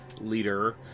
leader